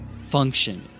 function